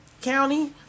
County